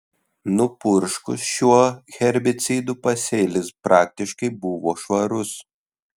nupurškus šiuo herbicidu pasėlis praktiškai buvo švarus